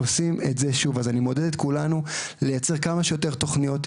אני מעודד את כולנו לייצר כמה שיותר תוכניות,